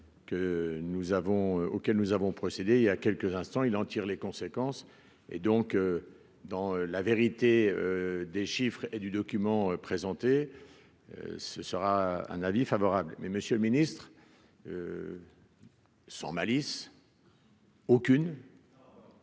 auxquels nous avons procédé il y a quelques instants, il en tire les conséquences et donc dans la vérité des chiffres et du document présenté ce sera un avis favorable mais Monsieur le Ministre. Sans malice. Aucune.